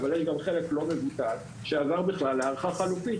אבל יש גם חלק לא מבוטל שעבר בכלל להערכה חלופית,